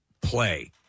play